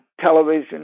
television